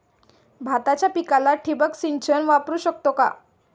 भाताच्या पिकाला ठिबक सिंचन वापरू शकतो का?